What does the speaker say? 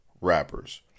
rappers